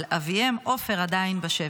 אבל אביהם עופר עדיין בשבי.